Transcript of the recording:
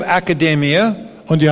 academia